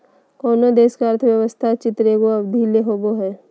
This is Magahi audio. कोनो देश के अर्थव्यवस्था चित्र एगो अवधि ले होवो हइ